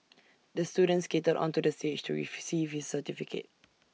the student skated onto the stage to receive his certificate